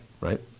right